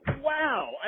wow